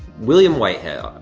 william whitehead,